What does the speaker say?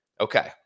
Okay